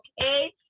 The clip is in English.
okay